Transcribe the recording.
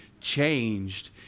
changed